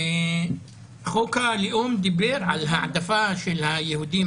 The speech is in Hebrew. חוק הלאום גם דיבר על העדפה של היהודים